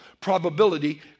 probability